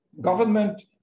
government